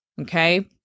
Okay